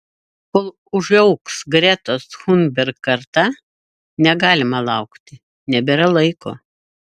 kol užaugs gretos thunberg karta negalime laukti nebėra laiko